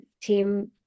team